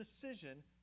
decision